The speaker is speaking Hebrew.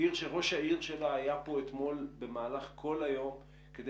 עיר שראש העיר שלה היה פה אתמול במהלך כל היום כדי